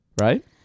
right